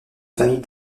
famille